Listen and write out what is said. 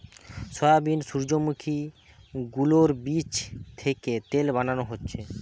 soybean, সূর্যোমুখী গুলোর বীচ থিকে তেল বানানো হচ্ছে